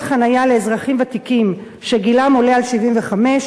חנייה לאזרחים ותיקים שגילם עולה על 75 שנה,